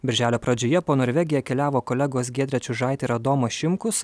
birželio pradžioje po norvegiją keliavo kolegos giedrė čiužaitė ir adomas šimkus